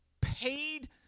paid